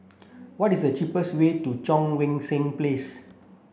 what is the cheapest way to Cheang Wan Seng Place